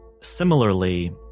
Similarly